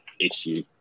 issue